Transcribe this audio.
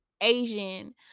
Asian